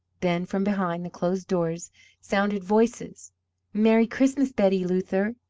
then from behind the closed doors sounded voices merry christmas, betty luther!